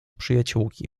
przyjaciółki